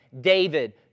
David